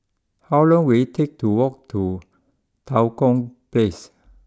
how long will it take to walk to Tua Kong place